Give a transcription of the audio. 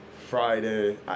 Friday